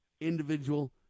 individual